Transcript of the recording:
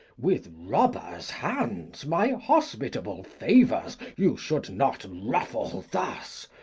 with robber's hands my hospitable favours you should not ruffle thus.